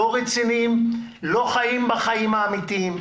לא רציניים ולא חיים בחיים האמיתיים.